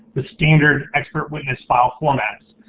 the standard expert witness file formats.